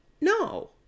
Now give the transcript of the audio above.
no